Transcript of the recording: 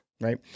Right